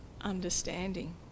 understanding